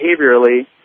behaviorally